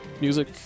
Music